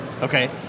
Okay